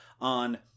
on